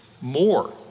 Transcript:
more